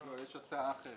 לא, יש הצעה אחרת.